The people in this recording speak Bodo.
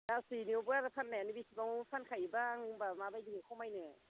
हैनायावबो आरो फाननायानो एसेबाङाव फानखायोब्ला आं होमब्ला माबायदियै खमायनो